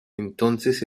entonces